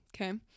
Okay